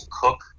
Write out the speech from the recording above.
cook